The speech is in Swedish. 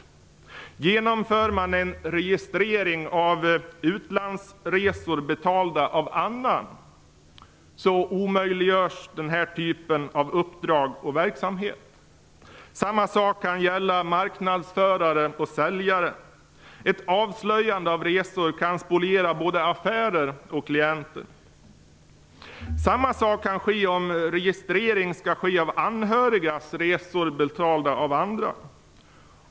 Om man genomför en registrering av utlandsresor som är betalda av andra omöjliggörs den här typen av uppdrag och verksamhet. Samma sak kan gälla marknadsförare och säljare. Ett avslöjande av resor kan spoliera både affärer och förhållandet till klienter. Samma sak kan också ske om registrering skall göras av anhörigas resor betalda av andra.